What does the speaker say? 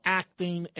acting